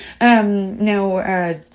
Now